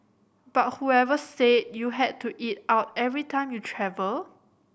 but whoever said you had to eat out every time you travel